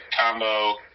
combo